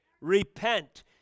repent